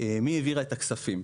מי העבירה את הכספים.